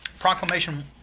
Proclamation